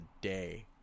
day